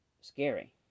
scary